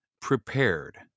Prepared